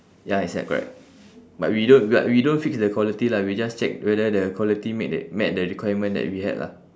ya it's that correct but we don't but we don't fix the quality lah we just check whether the quality made the met the requirement that we had lah